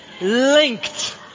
linked